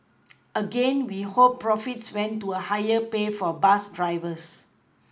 again we hope profits went to a higher pay for bus drivers